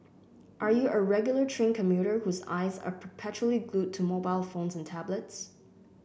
are you a regular train commuter whose eyes are perpetually glued to mobile phones and tablets